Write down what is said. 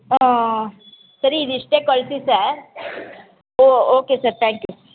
ಊಂ ಸರಿ ಇದಿಷ್ಟೇ ಕಳಿಸಿ ಸರ್ ಓ ಓಕೆ ಸರ್ ತ್ಯಾಂಕ್ ಯು